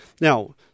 Now